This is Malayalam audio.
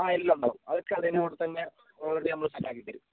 ആ എല്ലാം ഉണ്ടാകും അതൊക്കെ അതിൻ്റെ മോളിൽ തന്നെ ഓർഡറ് ചെയ്യുമ്പോൾ സെറ്റാക്കി തരും